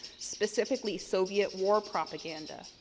specifically, soviet war propaganda.